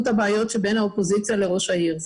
את הבעיות שבין האופוזיציה לראש העיר.